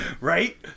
Right